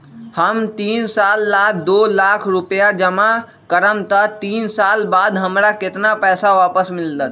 हम तीन साल ला दो लाख रूपैया जमा करम त तीन साल बाद हमरा केतना पैसा वापस मिलत?